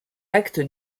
acte